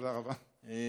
תודה רבה.